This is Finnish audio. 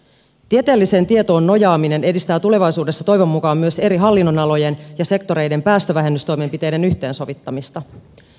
tieteelliseen tietoon nojaaminen edistää tulevaisuudessa toivon mukaan myös eri hallinnonalojen ja sektoreiden päästövähennystoimenpiteiden yhteensovittamista